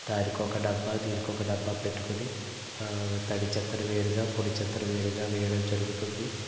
దానికొక డబ్బా దీనికొక డబ్బా పెట్టుకొని తడి చెత్తను వేరుగా పొడి చెత్తను వేరుగా వేయడం జరుగుతుంది